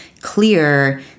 clear